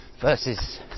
versus